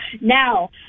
Now